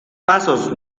pasos